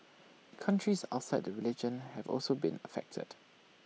countries outside the religion have also been affected